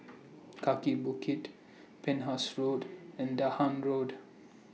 Kaki Bukit Penhas Road and Dahan Road